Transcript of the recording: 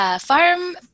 farm